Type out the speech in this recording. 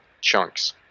chunks